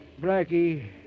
Blackie